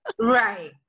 Right